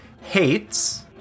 hates